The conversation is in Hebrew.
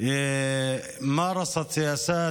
מאז הוקמה,